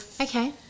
okay